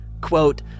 Quote